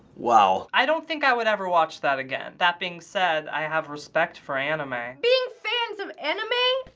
wow. i don't think i would ever watch that again. that being said, i have respect for anime. being fans of anime,